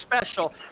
special